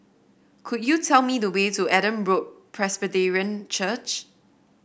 could you tell me the way to Adam Road Presbyterian Church